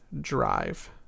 Drive